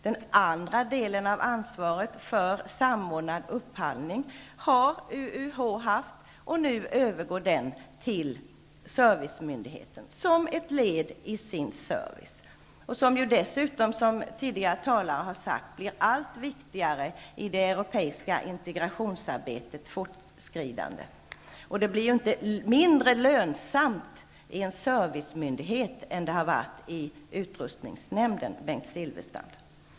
Den andra delen av ansvaret för samordnad upphandling har UUH haft, men nu övergår det till servicemyndigheten och blir ett led i dess service. Som tidigare talare har framhållit blir det här allt viktigare i takt med att det europeiska integrationsarbetet fortskrider. Det blir ju, Bengt Silfverstrand, inte mindre lönsamt med en servicemyndighet än det har varit med utrustningsnämnden.